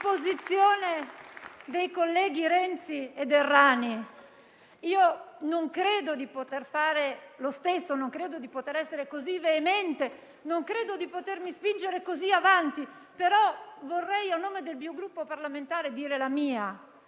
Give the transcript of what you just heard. Io non credo di poter fare lo stesso. Non credo di poter essere così veemente. Non credo di potermi spingere così avanti. Vorrei, però, a nome del mio Gruppo parlamentare, dire la mia,